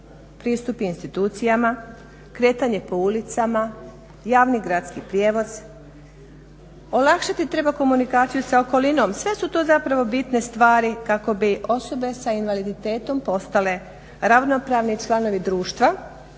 Pristupi institucijama, kretanje po ulicama, javni gradski prijevoz, olakšati treba komunikaciju sa okolinom, sve su to bitne stvari kako bi osobe s invaliditetom postale ravnopravni članovi društva